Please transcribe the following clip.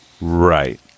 Right